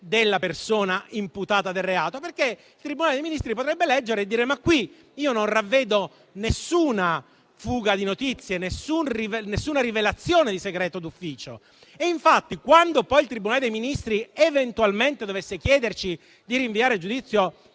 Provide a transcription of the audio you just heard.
della persona imputata del reato. Il Tribunale dei Ministri infatti potrebbe leggerle e non ravvedere alcuna fuga di notizie o rivelazione di segreto d'ufficio. Infatti, quando poi il Tribunale dei Ministri eventualmente dovesse chiederci di rinviare a giudizio